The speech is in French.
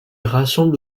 rassemble